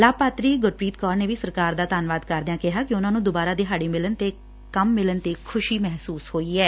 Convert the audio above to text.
ਲਾਭਪਾਤਰੀ ਗੁਰਪ੍ੀਤ ਕੌਰ ਨੇ ਵੀ ਸਰਕਾਰ ਦਾ ਧੰਨਵਾਦ ਕਰਦਿਆਂ ਕਿਹਾ ਕਿ ਉਨੂਾਂ ਨੂੰ ਦੁਬਾਰਾ ਦਿਹਾਤੀ ਮਿਲਣ ਤੇ ਕੰਮ ਮਿਲਣ ਤੇ ਖੁਸ਼ੀ ਮਹਿਸੂਸ ਹੋਈ ਹੈ